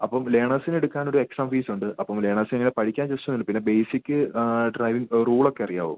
അപ്പം ലേണേസിനെടുക്കാനൊരു എക്സ്ട്രാ ഫീസുണ്ട് അപ്പം ലേണേസ് ഇങ്ങനെ പഠിക്കാൻ ജസ്റ്റ് പിന്നെ ബേസിക്ക് ആ ഡ്രൈവിംഗ് റൂളൊക്കെ അറിയാമോ